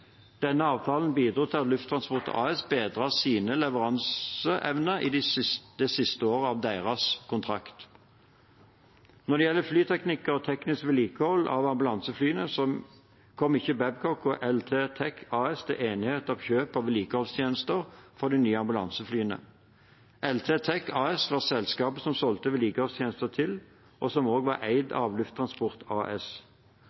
Denne avtalen bidro til at Lufttransport AS bedret sin leveranseevne i det siste året av deres kontrakt. Når det gjelder flyteknikere og teknisk vedlikehold av ambulanseflyene, kom ikke Babcock og LT Tech AS til enighet om kjøp av vedlikeholdstjenester for de nye ambulanseflyene. LT Tech AS var selskapet som solgte vedlikeholdstjenester til, og som også var eid